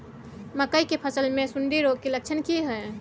मकई के फसल मे सुंडी रोग के लक्षण की हय?